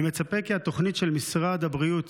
אני מצפה כי התוכנית של משרד הבריאות